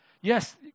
Yes